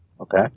Okay